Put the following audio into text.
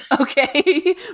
Okay